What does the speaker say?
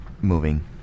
moving